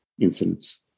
incidents